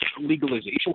legalization